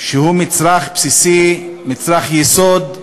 שהם מצרך בסיסי, מצרך יסוד,